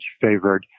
favored